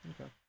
Okay